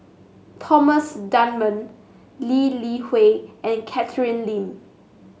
Thomas Dunman Lee Li Hui and Catherine Lim